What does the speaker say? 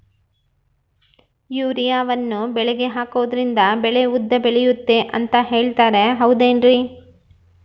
ಯೂರಿಯಾವನ್ನು ಬೆಳೆಗೆ ಹಾಕೋದ್ರಿಂದ ಬೆಳೆ ಉದ್ದ ಬೆಳೆಯುತ್ತೆ ಅಂತ ಹೇಳ್ತಾರ ಹೌದೇನ್ರಿ?